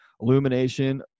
illumination